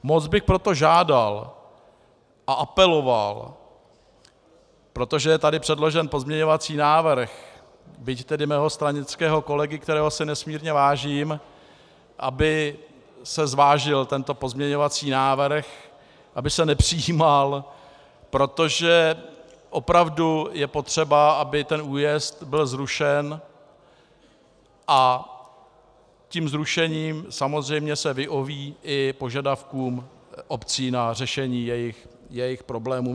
Moc bych proto žádal a apeloval, protože je tady předložen pozměňovací návrh, byť tedy mého stranického kolegy, kterého si nesmírně vážím, aby se zvážil tento pozměňovací návrh, aby se nepřijímal, protože opravdu je potřeba, aby ten újezd byl zrušen, a tím zrušením samozřejmě se vyhoví i požadavkům obcí na řešení jejich problémů.